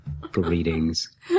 Greetings